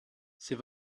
c’est